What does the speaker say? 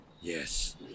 Yes